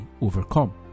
overcome